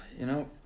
you know?